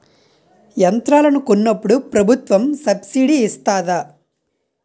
యంత్రాలను కొన్నప్పుడు ప్రభుత్వం సబ్ స్సిడీ ఇస్తాధా?